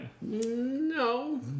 No